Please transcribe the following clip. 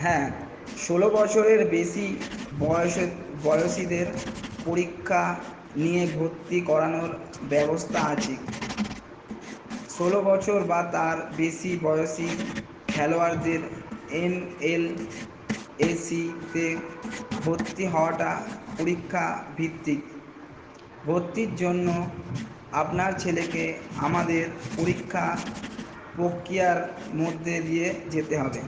হ্যাঁ ষোলো বছরের বেশি বয়সের বয়সীদের পরীক্ষা নিয়ে ভর্তি করানোর ব্যবস্থা আছে ষোলো বছর বা তার বেশি বয়সী খেলোয়াড়দের এম এল এ সি তে ভর্তি হওয়াটা পরীক্ষা ভিত্তিক ভর্তির জন্য আপনার ছেলেকে আমাদের পরীক্ষা প্রক্রিয়ার মধ্যে দিয়ে যেতে হবে